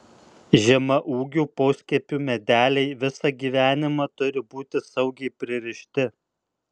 žemaūgių poskiepių medeliai visą gyvenimą turi būti saugiai pririšti